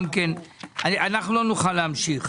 אנחנו לא נוכל להמשיך.